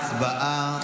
הצבעה.